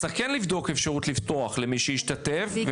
אז צריך כן לבדוק אפשרות לפתוח למי שהשתתף?